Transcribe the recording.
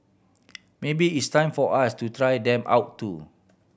maybe it's time for us to try them out too